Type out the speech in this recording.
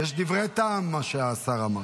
יש דברי טעם במה שהשר אמר.